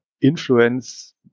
influence